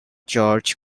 george